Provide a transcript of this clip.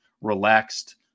relaxed